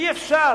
אי-אפשר.